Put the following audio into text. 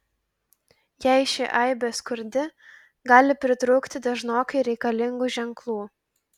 jei ši aibė skurdi gali pritrūkti dažnokai reikalingų ženklų